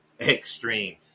extreme